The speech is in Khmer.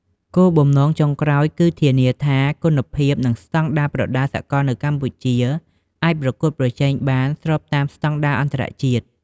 គោលបំណងចុងក្រោយគឺធានាថាគុណភាព និងស្តង់ដារប្រដាល់សកលនៅកម្ពុជាអាចប្រកួតប្រជែងបានស្របតាមស្តង់ដារអន្តរជាតិ។